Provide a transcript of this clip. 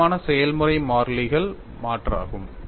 வழக்கமான செயல்முறை மாறிகள் மாற்றாகும்